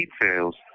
details